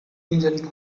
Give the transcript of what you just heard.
engine